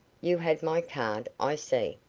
you had my card, i see.